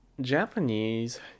Japanese